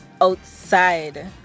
outside